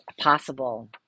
possible